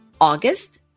August